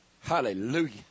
Hallelujah